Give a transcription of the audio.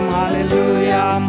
hallelujah